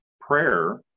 prayer